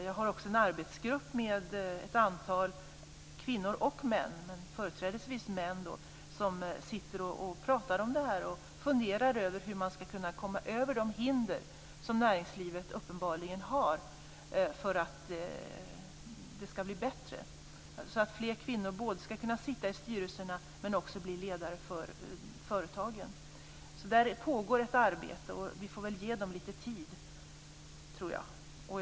Jag har också en arbetsgrupp med ett antal kvinnor och män, företrädesvis män, som sitter och talar om detta och funderar över hur man ska kunna komma över de hinder som uppenbarligen finns i näringslivet för att situationen ska bli bättre. Fler kvinnor ska kunna sitta i styrelserna men också kunna bli ledare för företagen. Där pågår alltså ett arbete, och vi får väl ge arbetsgruppen lite tid.